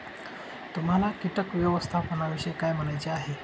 तुम्हाला किटक व्यवस्थापनाविषयी काय म्हणायचे आहे?